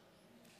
התשפ"ב 2022,